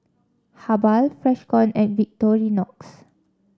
Habhal Freshkon and Victorinox